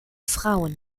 frauen